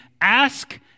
Ask